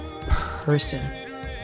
person